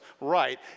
right